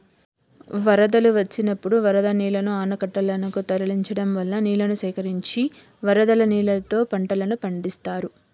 వరదలు వచ్చినప్పుడు వరద నీళ్ళను ఆనకట్టలనకు తరలించడం వల్ల నీళ్ళను సేకరించి వరద నీళ్ళతో పంటలను పండిత్తారు